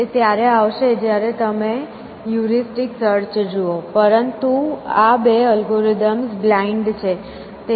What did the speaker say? તે ત્યારે આવશે જ્યારે તમે હ્યુરીસ્ટીક સર્ચ જુઓ પરંતુ આ બે એલ્ગોરિધમ્સ બ્લાઇન્ડ છે